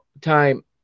time